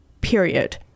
period